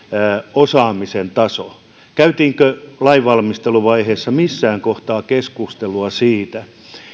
osaamisen taso käytiinkö lain valmistelun vaiheessa missään kohtaa keskustelua siitä